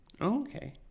Okay